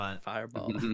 Fireball